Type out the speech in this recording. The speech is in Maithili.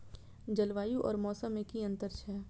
जलवायु और मौसम में कि अंतर छै?